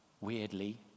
weirdly